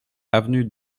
avenue